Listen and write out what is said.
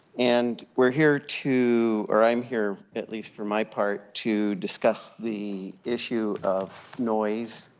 and, we are here to or i'm here at least for my part to discuss the issue of noise,